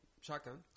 Shotgun